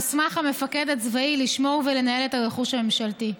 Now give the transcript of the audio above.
הוסמך המפקד הצבאי לשמור ולנהל את הרכוש הממשלתי.